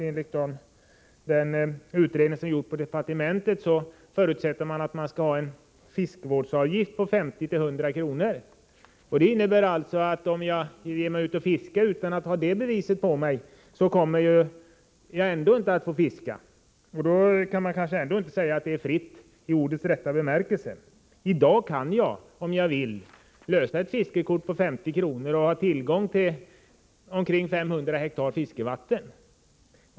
Enligt den utredning som jordbruksdepartementet har gjort förutsätter man att det skall vara en fiskevårdsavgift på 50-100 kr. Det innebär alltså att om jag ger mig ut och fiskar utan att ha ett fiskekort på mig, kommer jag ändå inte att få fiska. Därför menar jag att det kanske är fel att säga att handredskapsfisket är fritt i ordets rätta bemärkelse. Om jag vill kan jag i dag lösa ett fiskekort. Det kostar 50 kr. Då har jag tillgång till omkring 500 hektar fiskevatten.